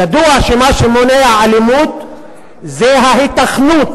ידוע שמה שמונע אלימות זה ההיתכנות